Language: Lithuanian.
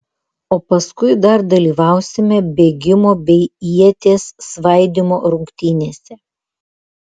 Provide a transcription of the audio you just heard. o paskui dar dalyvausime bėgimo bei ieties svaidymo rungtynėse